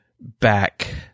back